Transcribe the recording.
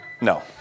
No